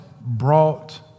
brought